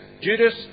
Judas